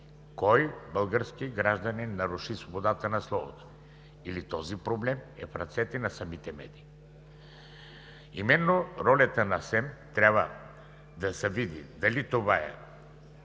кой български гражданин наруши свободата на словото? Или този проблем е в ръцете на самите медии? Именно ролята на СЕМ е да се види дали това е